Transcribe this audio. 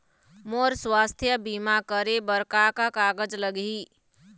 मोर स्वस्थ बीमा करे बर का का कागज लगही?